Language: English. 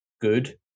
good